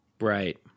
Right